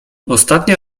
ostatnie